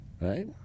right